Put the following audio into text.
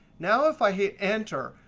now if i hit enter,